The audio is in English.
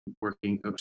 working